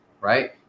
right